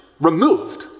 removed